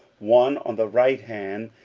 one on the right hand,